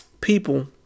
People